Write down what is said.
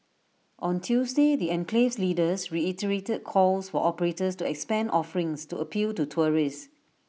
on Tuesday the enclave's leaders reiterated calls for operators to expand offerings to appeal to tourists